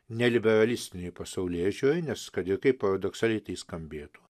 neliberalistinei pasaulėžiūrai nes kad ir kaip paradoksaliai tai skambėtų